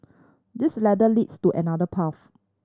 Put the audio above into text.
this ladder leads to another path